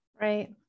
Right